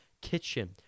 kitchen